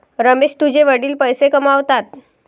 रमेश तुझे वडील पैसे कसे कमावतात?